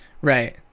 Right